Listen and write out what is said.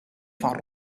van